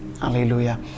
Hallelujah